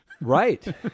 Right